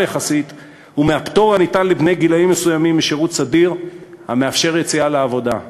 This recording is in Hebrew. יחסית ומהפטור הניתן לגילאים מסוימים משירות סדיר המאפשר יציאה לעבודה".